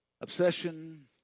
obsession